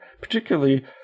particularly